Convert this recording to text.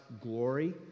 glory